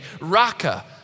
raka